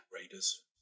Raiders